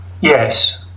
Yes